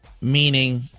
meaning